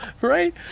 right